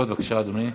אדוני.